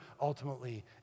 ultimately